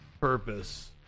purpose